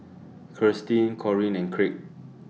Kirstin Corinne and Craig